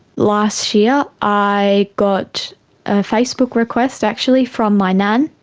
last year i got a facebook request actually from my nan,